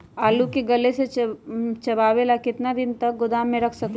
आलू के गले से बचाबे ला कितना दिन तक गोदाम में रख सकली ह?